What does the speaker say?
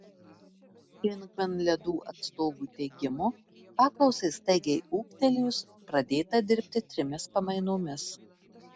ingman ledų atstovų teigimu paklausai staigiai ūgtelėjus pradėta dirbti trimis pamainomis